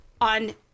on